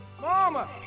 Mama